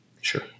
Sure